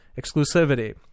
exclusivity